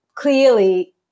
clearly